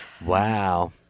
Wow